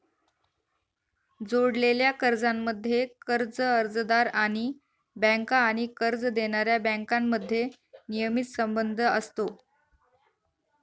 जोडलेल्या कर्जांमध्ये, कर्ज अर्जदार आणि बँका आणि कर्ज देणाऱ्या बँकांमध्ये नियमित संबंध असतो